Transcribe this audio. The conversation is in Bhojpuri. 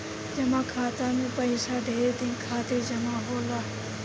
जमा खाता मे पइसा ढेर दिन खातिर जमा होला